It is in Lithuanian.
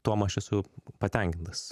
tuom aš esu patenkintas